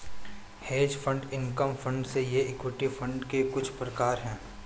hedge fund income fund ये equity fund के कुछ प्रकार हैं